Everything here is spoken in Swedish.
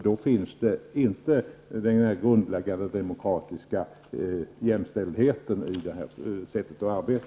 Då finns inte den grundläggande demokratiska jämställdheten i detta sätt att arbeta.